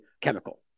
chemical